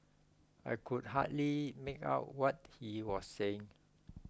I could hardly make out what he was saying